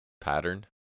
pattern